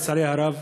לצערי הרב,